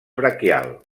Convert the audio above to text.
braquial